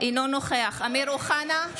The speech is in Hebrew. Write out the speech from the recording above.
אינו נוכח אמיר אוחנה,